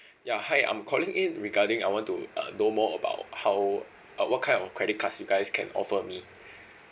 ya hi I'm calling in regarding I want to uh know more about how uh what kind of credit cards you guys can offer me